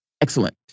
Excellent